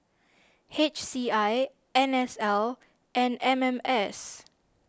H C I N S L and M M S